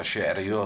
ראשי עיריות,